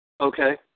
Okay